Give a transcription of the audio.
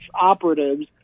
operatives